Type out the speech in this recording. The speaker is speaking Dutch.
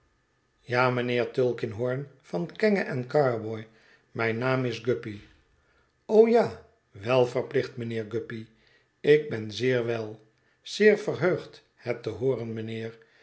ja mijnheer tulkinghorn van kenge en garboy mijn naam is guppy o ja wel verplicht mijnheer guppy ik ben zeer wel zeer verheugd het te hooren mijnheer